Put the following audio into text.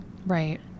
Right